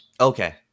Okay